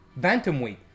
bantamweight